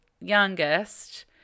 youngest